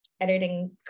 editing